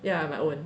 ya my own